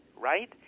Right